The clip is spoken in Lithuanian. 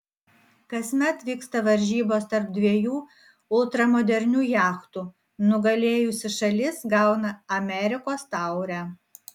kasmet vyksta varžybos tarp dviejų ultramodernių jachtų nugalėjusi šalis gauna amerikos taurę